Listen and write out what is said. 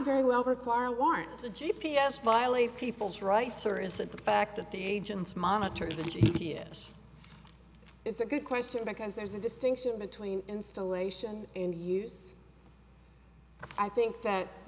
very well her car wants a g p s violate people's rights or is it the fact that the agents monitor the g p s is a good question because there's a distinction between installation and use i think that